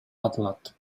алат